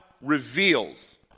reveals